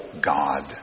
God